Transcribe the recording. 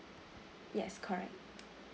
yes correct